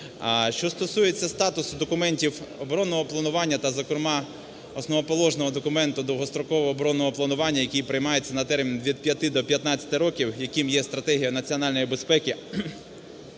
Що стосується статусу документів оборонного планування та зокрема основоположного документу довгострокового оборонного планування, який приймається на термін від 5 до 15 років, яким є Стратегія національної безпеки,